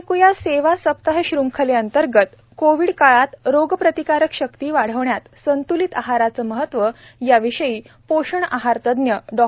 पोषण माह इंट्रो आता ऐक्या सेवा सप्ताह श्रंखले अंतर्गत कोवीड काळात रोगप्रतिकारक शक्ती वाढविण्यात संत्लित आहाराचे महत्व याविषयी पोषण आहार तज्ज्ञ डॉ